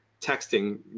texting